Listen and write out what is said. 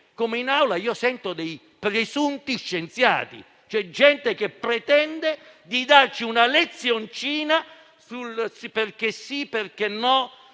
incredibile ma sento dei presunti scienziati, cioè gente che pretende di darci una lezioncina sul perché sì e perché no;